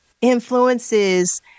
influences